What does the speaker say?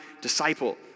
disciple